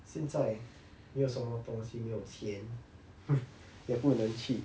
现在没有什么东西没有钱 也不能去